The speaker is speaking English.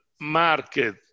market